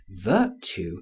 virtue